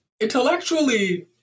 intellectually